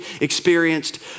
experienced